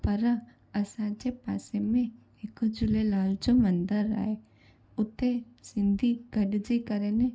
पर असांजे पासे में हिकु झूलेलाल जो मंदरु आहे उते सिंधी गॾिजी करणु